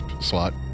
slot